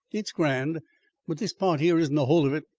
it's grand but this part here isn't the whole of it.